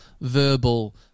verbal